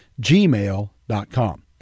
gmail.com